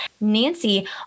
Nancy